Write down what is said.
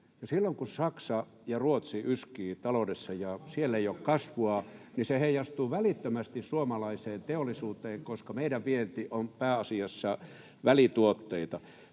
Silloin kun Saksa ja Ruotsi yskivät taloudessa ja siellä ei ole kasvua, niin se heijastuu välittömästi suomalaiseen teollisuuteen, koska meidän vienti on pääasiassa välituotteita.